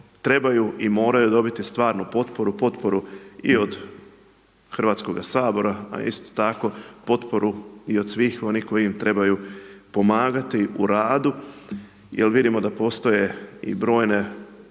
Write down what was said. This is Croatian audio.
trebaju i moraju dobiti stvarnu potporu, potporu i od Hrvatskog sabora, a isto tako i potporu i od svih onih koji im trebaju pomagati u radu, jer vidimo da postoje i brojne